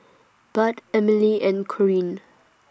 Bud Emilee and Corine